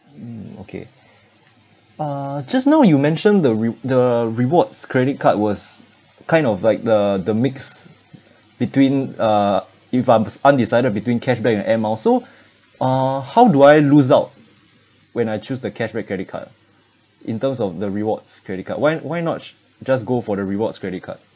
mm okay uh just now you mentioned the rew~ the rewards credit card was kind of like the the mix between uh if I'm s~ undecided between cashback and air miles so uh how do I lose out when I choose the cashback credit card ah in terms of the rewards credit card why why not just go for the rewards credit card